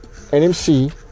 NMC